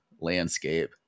landscape